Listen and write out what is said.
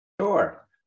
Sure